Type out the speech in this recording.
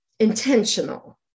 intentional